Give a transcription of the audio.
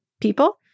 people